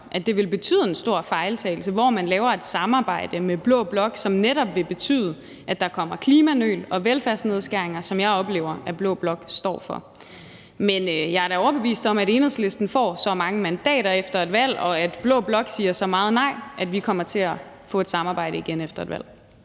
at det vil betyde en stor fejltagelse, at man laver et samarbejde med blå blok, som netop vil betyde, at der kommer klimanøl og velfærdsnedskæringer, som jeg oplever at blå blok står for. Men jeg er da overbevist om, at Enhedslisten får så mange mandater efter et valg, og at blå blok siger så meget nej, at vi kommer til at få et samarbejde igen efter et valg.